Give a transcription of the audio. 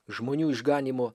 žmonių išganymo